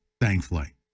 thankfully